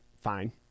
fine